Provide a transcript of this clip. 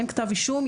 אין כתב אישום,